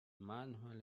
manchmal